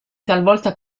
talvolta